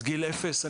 אז גיל אפס,